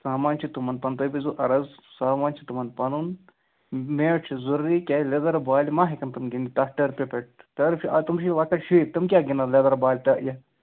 سامان چھُ تِمَن پَنُن تُہۍ بوٗزِو عرض سامان چھِ تِمَن پَنُن میٹ چھِ ضٔروٗری کیازِ لیٚدَر بالہِ ما ہٮ۪کَن تِم گِندِتھ تَتھ ٹٔرپہِ پٮ۪ٹھ ٹٔرٕپ چھِ آ تِم چھِ لۄکٕٹۍ شُرۍ تِم کیٛاہ گِندَن لیٚدِر بالہِ یہِ